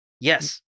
Yes